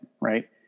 Right